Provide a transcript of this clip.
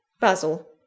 Basil